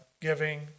giving